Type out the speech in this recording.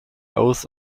oaths